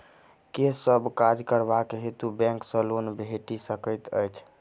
केँ सब काज करबाक हेतु बैंक सँ लोन भेटि सकैत अछि?